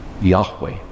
Yahweh